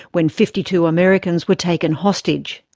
when fifty two americans were taken hostage.